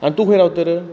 आनी तूं खंय रावता तर